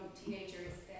teenagers